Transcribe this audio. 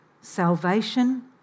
salvation